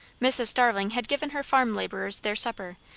mrs. starling had given her farm labourers their supper,